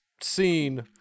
scene